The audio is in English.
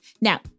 Now